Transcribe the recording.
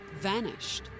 vanished